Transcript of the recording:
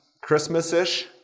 Christmas-ish